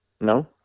no